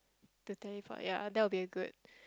the teleport ya that would be a good